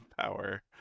power